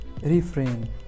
refrain